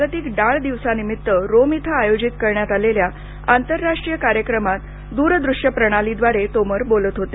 जागतिक डाळ दिवसानिमित्त रोम इथं आयोजित करण्यात आलेल्या आंतरराष्ट्रीय कार्यक्रमात द्रदूश्य प्रणालीद्वारे ते बोलत होते